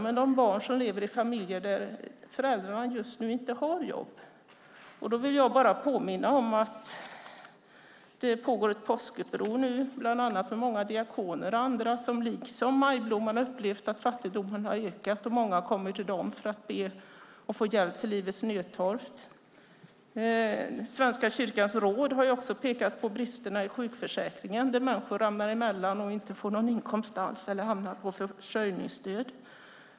Men det handlar om de barn som lever i familjer där föräldrarna just nu inte har jobb. Då vill jag bara påminna om att det nu pågår ett påskuppror med bland annat många diakoner och andra som liksom Majblomman har upplevt att fattigdomen har ökat och att många kommer till dem för att be om hjälp till livets nödtorft. Sveriges Kristna Råd har också pekat på bristerna i sjukförsäkringen där människor ramlar emellan och inte får någon inkomst alls eller hamnar i försörjningsstöd.